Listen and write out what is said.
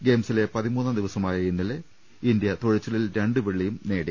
ഗെയിംസിലെ പതിമൂന്നാം ദിവസമായ ഇന്നലെ ഇന്ത്യ തുഴച്ചിലിൽ രണ്ട് വെള്ളിയും നേടി